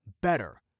better